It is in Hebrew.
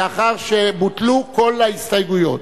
לאחר שבוטלו כל ההסתייגויות.